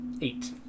Eight